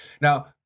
Now